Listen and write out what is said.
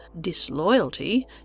disloyalty